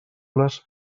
les